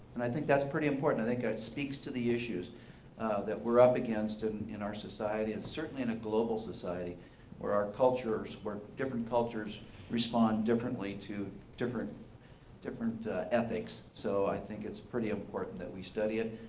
and i think that's pretty important. i think ah it speaks to the issues that we're up against and in our society and certainly in a global society or our cultures, where different cultures respond differently to different different ethics. so i think it's pretty important that we study it,